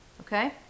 Okay